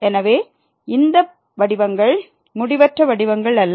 எனவே இந்த வடிவங்கள் முடிவற்ற வடிவங்கள் அல்ல